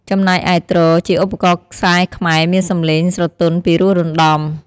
ចំណែកឯ ទ្រ ជា ឧបករណ៍ខ្សែខ្មែរមានសំឡេងស្រទន់ ពីរោះរណ្តំ។